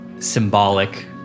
Symbolic